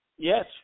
Yes